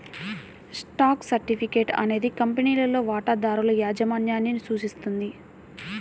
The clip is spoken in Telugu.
స్టాక్ సర్టిఫికేట్ అనేది కంపెనీలో వాటాదారుల యాజమాన్యాన్ని సూచిస్తుంది